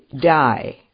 die